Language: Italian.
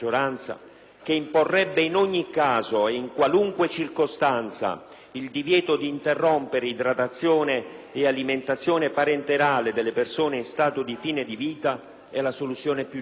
che imporrebbe in ogni caso e in qualunque circostanza il divieto di interrompere idratazione e alimentazione parenterale delle persone in stato di fine di vita, sia la soluzione più giusta?